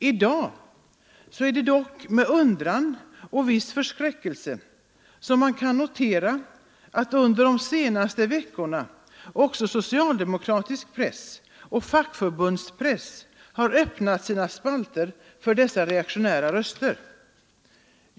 I dag är det med undran och med viss förskräckelse man kan notera att under de senaste veckorna också socialdemokratisk press och fackförbundspress har öppnat sina spalter för dessa reaktionära röster.